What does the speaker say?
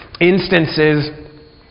instances